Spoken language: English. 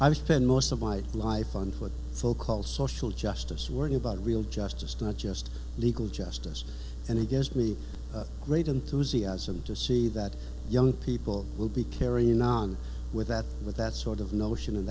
i've spent most of my life on what phil calls social justice worry about real justice not just legal justice and it gives me great enthusiasm to see that young people will be carrying on with that with that sort of notion